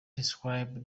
describe